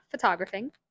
photographing